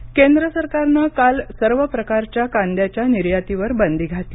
कांदा निर्यात केंद्र सरकारनं काल सर्व प्रकारच्या कांद्याच्या निर्यातीवर बंदी घातली